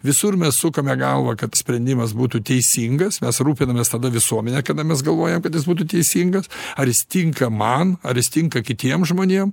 visur mes sukame galvą kad sprendimas būtų teisingas mes rūpinamės tada visuomene kada mes galvojam kad jis būtų teisingas ar jis tinka man ar jis tinka kitiem žmonėm